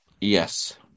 Yes